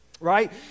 right